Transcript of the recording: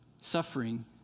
Suffering